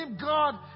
God